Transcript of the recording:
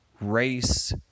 race